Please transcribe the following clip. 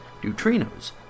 neutrinos